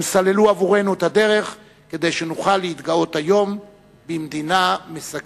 הם סללו עבורנו את הדרך כדי שנוכל להתגאות היום במדינה משגשגת.